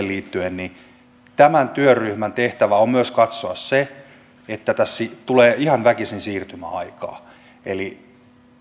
liittyen tämän työryhmän tehtävä on myös katsoa se että tässä tulee ihan väkisin siirtymäaikaa eli